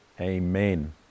amen